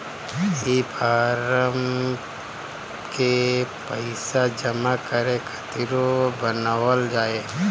ई फारम के पइसा जमा करे खातिरो बनावल जाए